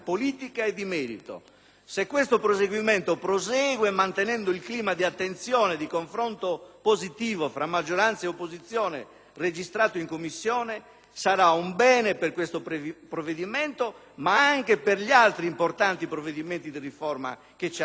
Se questo atteggiamento prosegue, mantenendo il clima di attenzione e confronto positivo fra maggioranza e opposizione registrato in Commissione, sarà un bene per questo provvedimento ma anche per gli altri importanti provvedimenti di riforma che ci attendono in questa legislatura.